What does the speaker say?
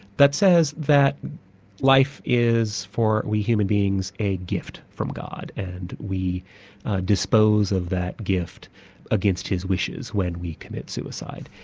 that says that life is for we human beings, a gift from god, and we dispose of that gift against his wishes when we commit suicide,